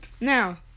Now